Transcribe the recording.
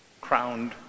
crowned